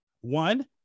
One